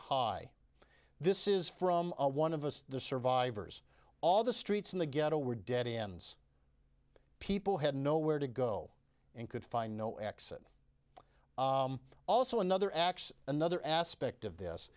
high this is from one of the survivors all the streets in the ghetto were dead ends people had nowhere to go and could find no exit also another x another aspect of this